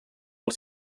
els